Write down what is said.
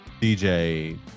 DJ